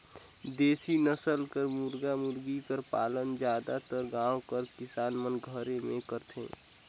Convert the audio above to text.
देसी नसल कर मुरगा मुरगी कर पालन जादातर गाँव कर किसान मन घरे में करथे